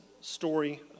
story